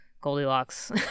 Goldilocks